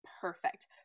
perfect